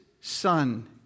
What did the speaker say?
son